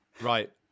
Right